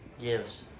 gives